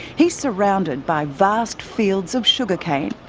he's surrounded by vast fields of sugar cane.